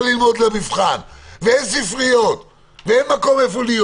ללמוד למבחן ואין ספריות ואין מקום להיות,